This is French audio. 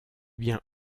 bien